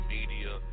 Media